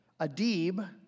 Adib